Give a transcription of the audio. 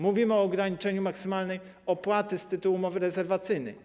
Mówimy o ograniczeniu maksymalnej opłaty z tytułu umowy rezerwacyjnej.